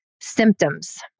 symptoms